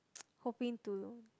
hoping to